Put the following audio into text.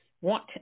want